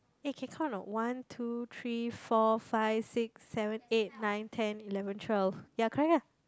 eh can count no one two three four five six seven eight nine ten eleven twelve ya correct